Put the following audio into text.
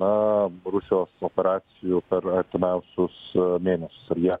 na rusijos operacijų per artimiausius mėnesius ar jie